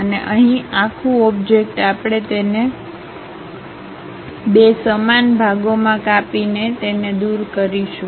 અને અહીં આખું ઓબ્જેક્ટ આપણે તેને બે સમાન ભાગોમાં કાપીને તેને દૂર કરીશું